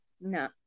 No